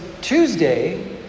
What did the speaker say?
Tuesday